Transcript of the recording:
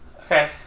Okay